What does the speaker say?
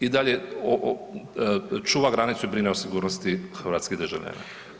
I dalje čuva granicu i brine o sigurnosti hrvatskih državljana.